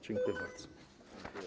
Dziękuję bardzo.